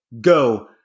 go